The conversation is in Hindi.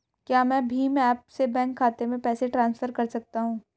क्या मैं भीम ऐप से बैंक खाते में पैसे ट्रांसफर कर सकता हूँ?